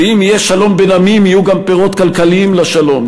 ואם יהיה שלום בין עמים יהיו גם פירות כלכליים לשלום,